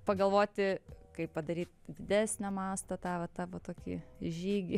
pagalvoti kaip padaryt didesnio masto tą va tą va tokį žygį